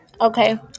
Okay